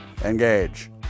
engage